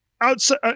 outside